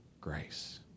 grace